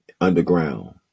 underground